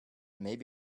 maybe